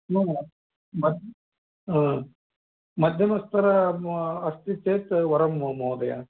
न मध्य हा मध्यमस्तर अस्ति चेत् वरं महोदय